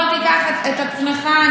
בוא תיקח את עצמך,